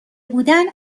بودن